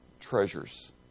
treasures